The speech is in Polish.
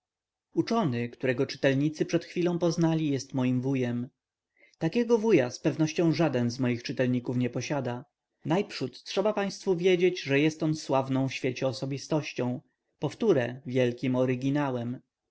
uczony którego czytelnicy przed chwilą poznali jest moim wujem takiego wuja z pewnością żaden z moich czytelników nie posiada najprzód trzeba państwu wiedzieć że jest on sławną w świecie osobistością powtóre wielkim oryginałem